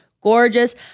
gorgeous